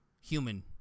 human